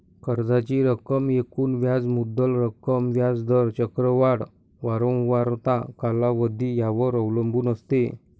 कर्जाची रक्कम एकूण व्याज मुद्दल रक्कम, व्याज दर, चक्रवाढ वारंवारता, कालावधी यावर अवलंबून असते